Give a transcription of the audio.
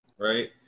right